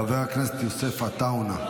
חבר הכנסת יוסף עטאונה,